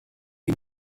die